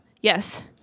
Yes